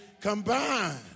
combined